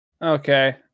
okay